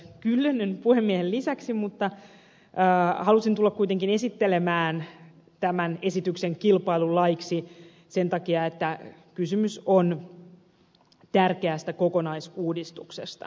kyllönen puhemiehen lisäksi mutta halusin kuitenkin tulla esittelemään tämän esityksen kilpailulaiksi sen takia että kysymys on tärkeästä kokonaisuudistuksesta